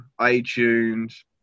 iTunes